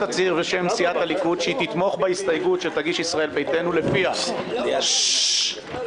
שהיא תתמוך בהסתייגות שתגיש ישראל ביתנו לפיה יוצגו